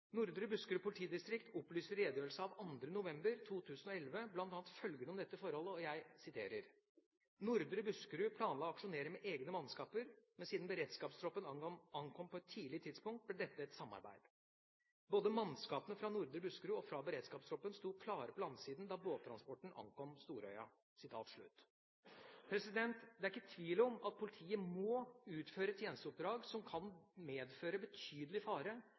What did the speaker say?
Nordre Buskerud politidistrikt opplyser i redegjørelse av 2. november 2011 bl.a. følgende om dette forholdet: «Nordre Buskerud planla å aksjonere med egne mannskaper, men siden Beredskapstroppen ankom på et tidlig tidspunkt, ble dette et samarbeid. Både mannskapene fra Nordre Buskerud og fra Beredskapstroppen stod klare på landsiden da båttransporten ankom Storøya.» Det er ikke tvil om at politiet må utføre tjenesteoppdrag som kan medføre betydelig fare